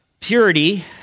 Purity